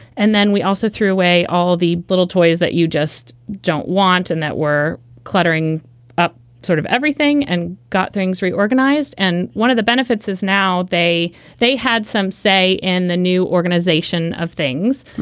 and then we also threw away all the little toys that you just don't want and that were cluttering up sort of everything and got things reorganized. and one of the benefits is now they they had some say in the new organization of things.